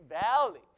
valley